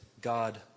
God